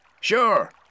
Sure